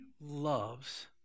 loves